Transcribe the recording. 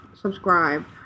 subscribe